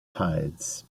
tides